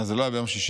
זה לא היה ביום שישי.